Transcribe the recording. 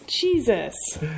Jesus